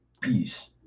Peace